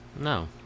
No